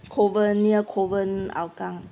kovan near kovan hougang